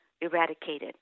eradicated